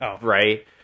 right